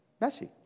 Messy